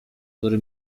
który